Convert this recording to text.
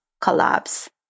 collapse